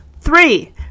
Three